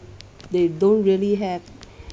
they don't really have